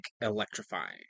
electrifying